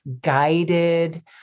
guided